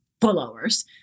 followers